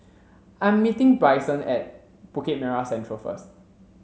I'm meeting Brycen at Bukit Merah Central first